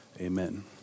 Amen